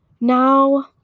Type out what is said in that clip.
now